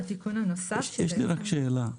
יש לי רק שאלה.